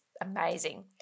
amazing